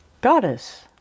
Goddess